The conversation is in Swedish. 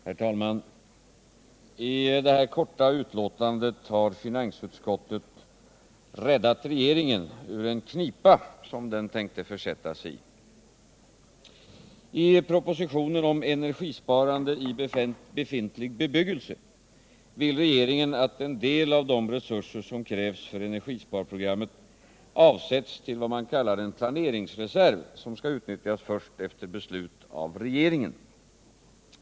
Herr talman! I det här korta betänkandet har finansutskottet räddat regeringen ur en knipa som den tänkte försätta sig i. I propositionen om energisparande i befintlig bebyggelse vill regeringen att endel av de resurser som krävs för energisparprogrammet avsätts till vad man kallar en planeringsreserv, som skall utnyttjas först efter beslut av regeringen.